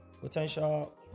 potential